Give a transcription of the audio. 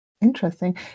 Interesting